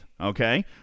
okay